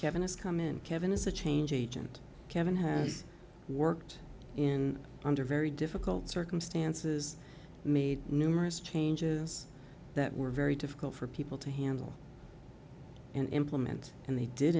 kevin has come in and kevin is a change agent kevin has worked in under very difficult circumstances made numerous changes that were very difficult for people to handle and implement and they did